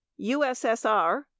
USSR